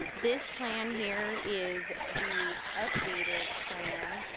this plan here is the updated plan.